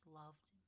loved